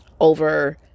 over